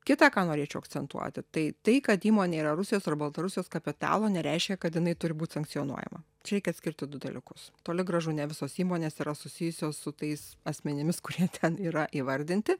kitą ką norėčiau akcentuoti tai tai kad įmonė yra rusijos ar baltarusijos kapitalo nereiškia kad jinai turi būt sankcionuojama čia reikia atskirti du dalykus toli gražu ne visos įmonės yra susijusios su tais asmenimis kurie ten yra įvardinti